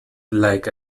like